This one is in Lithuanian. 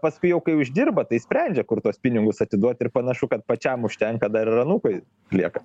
paskui jau kai uždirba tai sprendžia kur tuos pinigus atiduot ir panašu kad pačiam užtenka dar ir anūkui lieka